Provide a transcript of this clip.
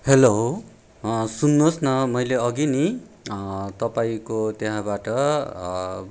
hello सुन्नुहोस् न मैले अघि नि तपाईँको त्यहाँबाट